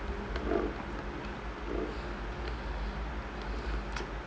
yes